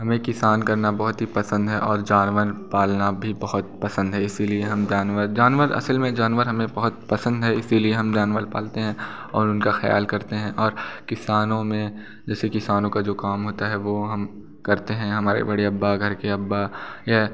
हमें किसान करना बहुत ही पसंद है और जानवर पालना भी बहुत पसंद है इसी लिए हम जानवर जानवर असल में जानवर हमें बहुत पसंद है इसी लिए हम जानवर पालते हैं और उनका ख़याल करते हैं और किसानों में जैसे किसानों का जो काम होता है वो हम करते हैं हमारे बड़े अब्बा घर के अब्बा यह